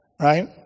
right